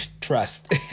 trust